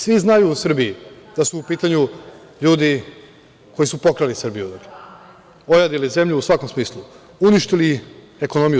Svi u Srbiji znaju da su u pitanju ljudi koji su pokrali Srbiju, ojadili zemlju u svakom smislu, uništili ekonomiju.